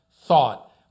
thought